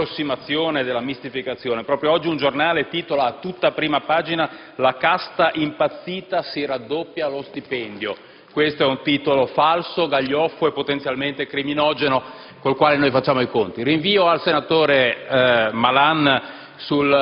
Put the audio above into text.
dell'approssimazione e della mistificazione. Proprio oggi un giornale titola a tutta pagina «La casta impazzita si raddoppia lo stipendio». Questo è un titolo falso, gaglioffo e potenzialmente criminogeno con il quale noi facciamo i conti. Rinvio all'intervento